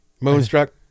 Moonstruck